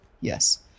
Yes